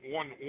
one